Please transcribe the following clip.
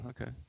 okay